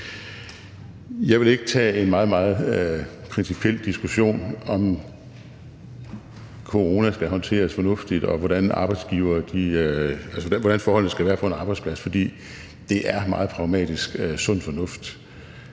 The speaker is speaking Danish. Jeg vil ikke tage en meget, meget principiel diskussion om, hvordan corona skal håndteres fornuftigt, og om, hvordan forholdene skal være på en arbejdsplads, for det er meget pragmatisk og sund fornuft,